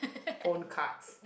phone cards